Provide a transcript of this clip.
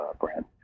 brand